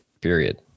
period